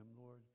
Lord